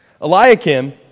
Eliakim